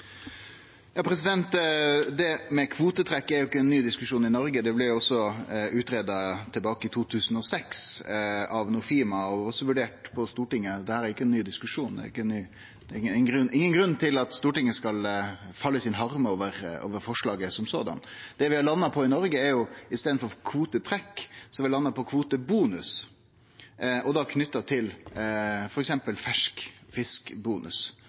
ikkje ein ny diskusjon i Noreg. Det blei også greidd ut tilbake i 2006, av Nofima, og vurdert på Stortinget. Dette er ikkje ein ny diskusjon. Det er ingen grunn for Stortinget til å la harmen falle over slik eit forslag. Det vi har landa på i Noreg, er at vi i staden for kvotetrekk har kvotebonus. Da er det knytt til f.eks. ein ferskfiskbonus – at ein får ein bonus dersom ein leverer fersk fisk om våren, og at ein da